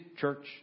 church